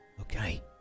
Okay